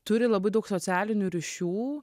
turi labai daug socialinių ryšių